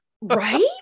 Right